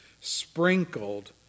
sprinkled